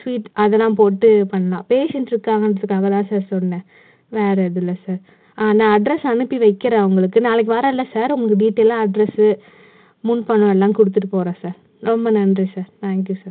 sweet அதெல்லாம் போட்டு பண்ணலாம் பேஷண்ட் இருக்காங்கன்றதுக்காக தான் சார் சொன்னேன் வேறே எதுவும் இல்லை சார் ஆ நான் அட்ரெஸ் அனுப்பி வைக்கிறேன் உங்களுக்கு நாளைக்கு வரேனில்ல சார் உங்கள் டீடைல்லாக அட்ரெஸு முன் பணம் எல்லாம் கொடுத்துட்டு போகிறேன் சார் ரொம்ப நன்றி சார் தேங்க் யூ சார்